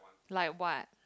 like what